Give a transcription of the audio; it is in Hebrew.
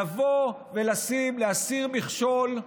לבוא ולהסיר מכשול,